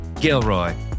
Gilroy